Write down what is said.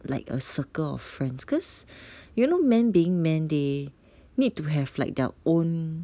like a circle of friends because you know men being men they need to have like their own